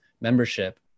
membership